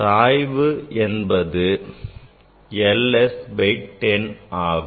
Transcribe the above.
சாய்வு என்பது l S by 10 ஆகும்